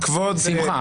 לידיעתך.